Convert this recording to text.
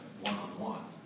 one-on-one